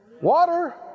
Water